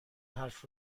حرف